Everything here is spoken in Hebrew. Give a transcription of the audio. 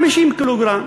50 קילוגרם.